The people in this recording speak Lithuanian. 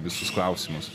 visus klausimus